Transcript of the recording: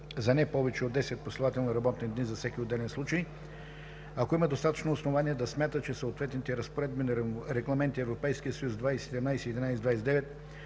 за не повече от 10 последователни работни дни за всеки отделен случай, ако има достатъчно основания да смята, че съответните разпоредби на Регламент (ЕС) 2017/1129,